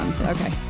Okay